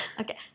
Okay